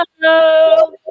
Hello